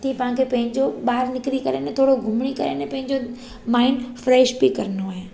तीअं पाण खे पंहिंजो ॿाहिरि निकिरी करे ने थोरो घुमी करे न पंहिंजो माइंड फ़्रैश बि करिणो आहे